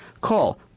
Call